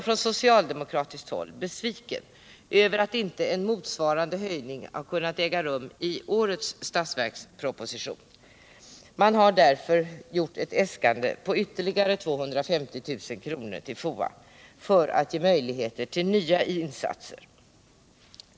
Från socialdemokratiskt håll är man nu besviken över att inte en motsvarande höjning har kunnat äga rum i samband med årets budgetproposition. Man har därför äskat ytterligare 250 000 kr. till FOA för att möjliggöra nya insatser.